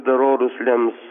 dar orus lems